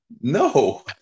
No